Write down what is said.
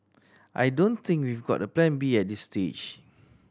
I don't think we've got a Plan B at this stage